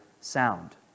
sound